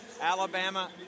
Alabama